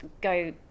go